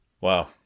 Wow